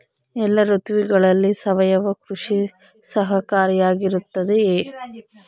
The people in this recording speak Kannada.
ಎಲ್ಲ ಋತುಗಳಲ್ಲಿ ಸಾವಯವ ಕೃಷಿ ಸಹಕಾರಿಯಾಗಿರುತ್ತದೆಯೇ?